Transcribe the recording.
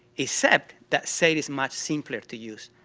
except that seid is much simpler to use,